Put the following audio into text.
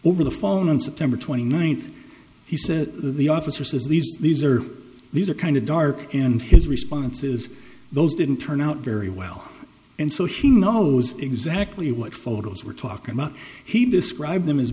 over the phone on september twenty ninth he said the officer says these these are these are kind of dark and his response is those didn't turn out very well and so he knows exactly what photos we're talking about he described them as